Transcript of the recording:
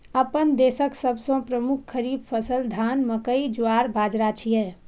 अपना देशक सबसं प्रमुख खरीफ फसल धान, मकई, ज्वार, बाजारा छियै